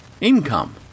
income